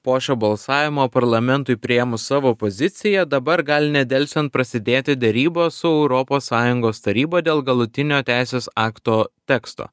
po šio balsavimo parlamentui priėmus savo poziciją dabar gali nedelsiant prasidėti derybos su europos sąjungos taryba dėl galutinio teisės akto teksto